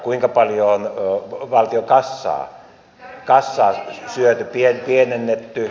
kuinka paljon on valtion kassaa syöty pienennetty